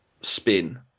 spin